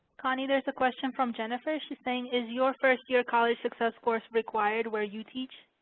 connie, there's a question from jennifer. she's saying is your first-year college success course required where you teach.